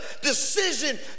decision